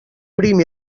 prim